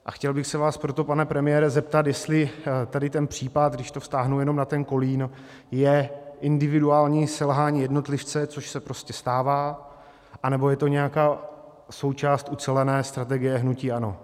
A chtěl bych se vás proto, pane premiére, zeptat, jestli tady ten případ, když to vztáhnu jenom na ten Kolín, je individuální selhání jednotlivce, což se prostě stává, anebo je to nějaká součást ucelené strategie hnutí ANO.